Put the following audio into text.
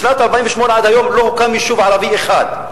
משנת 1948 ועד היום לא הוקם יישוב ערבי אחד.